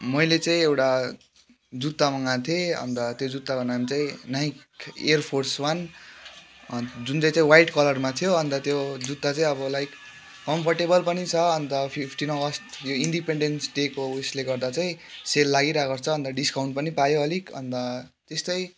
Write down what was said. मैले चाहिँ एउटा जुत्ता मगाएको थिएँ अन्त त्यो जुत्ताको नाम चाहिँ नाइक इयर फोर्स वान जुन चाहिँ चाहिँ वाइट कलरमा थियो अन्त त्यो जुत्ता चाहिँ अब लाइक कम्फर्टेबल पनि छ अन्त फिफ्टिन अगस्त यो इन्डिपेन्डेन्स डेको उयसले गर्दा चैाहिँ सेल लागिरहेको रहेछ अन्त डिस्काउन्ट पनि पायो अलिक अन्त त्यस्तै